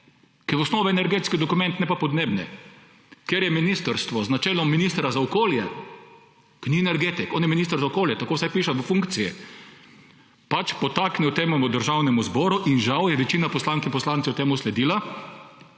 je v osnovi energetski dokument, ne pa podnebni. Ker je ministrstvo na čelu z ministrom za okolje, ki ni energetik, on je minister za okolje, tako vsaj piše v funkciji, pač podtaknil temu državnemu zboru in žal je večina poslank in poslancev temu sledila,